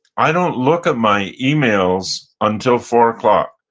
i don't look at my emails until four um ah